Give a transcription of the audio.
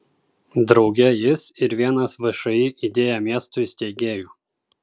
drauge jis ir vienas všį idėja miestui steigėjų